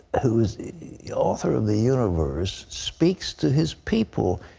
who is the author of the universe, speaks to his people.